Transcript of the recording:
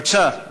בבקשה,